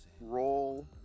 roll